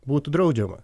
būtų draudžiama